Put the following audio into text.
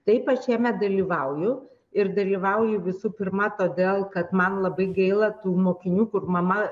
taip aš jame dalyvauju ir dalyvauju visų pirma todėl kad man labai gaila tų mokinių kur mama